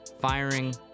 firing